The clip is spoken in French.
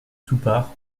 toupart